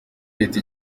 leta